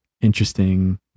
interesting